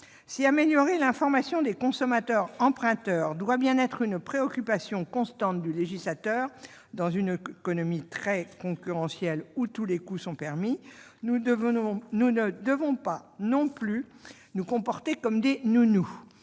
améliorer l'information des consommateurs emprunteurs doit être une préoccupation constante du législateur. Mais, dans une économie très concurrentielle, où tous les coups sont permis, nous ne devons pas non plus nous comporter comme des nounous.